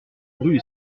rue